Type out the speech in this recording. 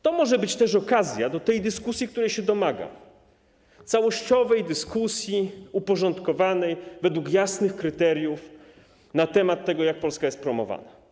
To może być też okazja do dyskusji, której się domagam, czyli całościowej dyskusji, uporządkowanej, według jasnych kryteriów, na temat tego, jak Polska jest promowana.